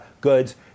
goods